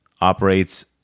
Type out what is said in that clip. operates